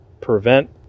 prevent